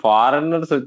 Foreigners